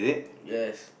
yes